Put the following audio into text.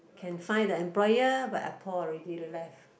can find the employer but ah Paul already left